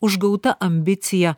užgauta ambicija